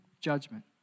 judgment